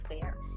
fair